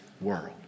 world